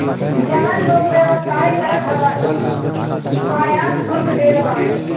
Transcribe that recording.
जवन लोग व्यवसाय करत हवन उ आयात शुल्क देत बाने